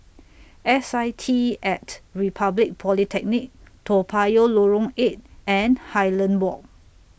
S I T At Republic Polytechnic Toa Payoh Lorong eight and Highland Walk